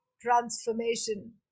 transformation